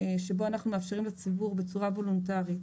שבו אנחנו מאפשרים לציבור בצורה וולונטרית